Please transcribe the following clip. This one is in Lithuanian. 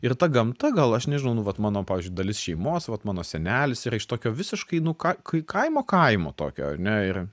ir ta gamta gal aš nežinau nu vat mano pavyzdžiui dalis šeimos vat mano senelis yra iš tokio visiškai nu ką kai kaimo kaimo tokio ane ir